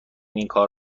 اینکار